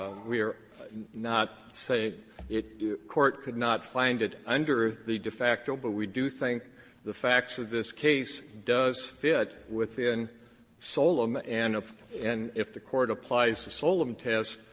ah we are not saying it court could not find it under the de facto, but we do think the facts of this case does fit within solem. and if and if the court applies the solem test,